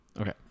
Okay